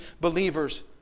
believers